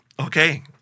Okay